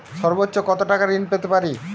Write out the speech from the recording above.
সর্বোচ্চ কত টাকা ঋণ পেতে পারি?